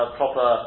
proper